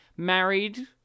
Married